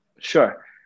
Sure